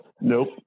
Nope